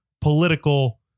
political